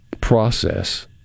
process